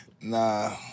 Nah